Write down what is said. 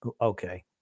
Okay